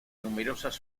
numerosas